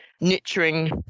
nurturing